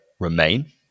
remain